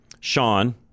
Sean